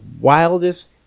wildest